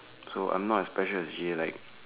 so I'm not as special as J like